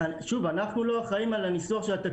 ולא אחזור על זה,